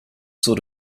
sort